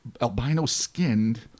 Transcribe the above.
albino-skinned